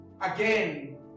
again